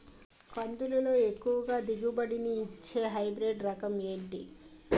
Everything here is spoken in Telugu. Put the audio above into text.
కందుల లో ఎక్కువ దిగుబడి ని ఇచ్చే హైబ్రిడ్ రకం ఏంటి?